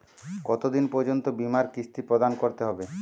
কতো দিন পর্যন্ত বিমার কিস্তি প্রদান করতে হবে?